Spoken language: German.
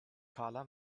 karla